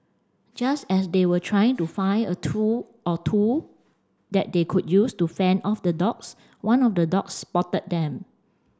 just as they were trying to find a tool or two that they could use to fend off the dogs one of the dogs spotted them